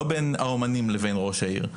לא בין האומנים לבין ראש העיר,